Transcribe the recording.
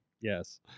Yes